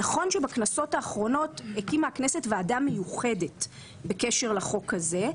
נכון שבכנסות האחרונות הקימה הכנסת ועדה מיוחדת בקשר לחוק הזה,